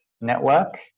network